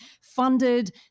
funded